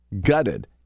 gutted